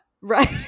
Right